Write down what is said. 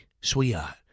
sweetheart